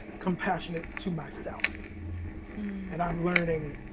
compassionate to myself and i'm learning